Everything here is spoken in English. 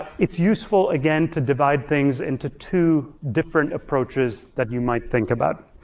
it's useful again to divide things into two different approaches that you might think about.